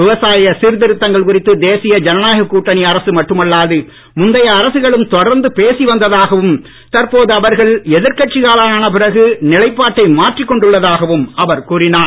விவசாய சீர்திருத்தங்கள் குறித்து தேசிய ஜனநாயக கூட்டணி அரசு மட்டுமல்லாது முந்தைய அரசுகளும் தொடர்ந்து பேசி வந்ததாகவும் தற்போது அவர்கள் எதிர்கட்சிகளான பிறகு நிலைப்பாட்டை மாற்றிக் கொண்டுள்ளதாகவும் அவர் கூறினார்